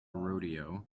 rodeo